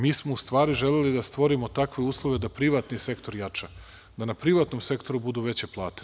Mi smo u stvari želeli da stvorimo takve uslove da privatni sektor jača, da na privatnom sektoru budu veće plate.